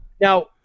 Now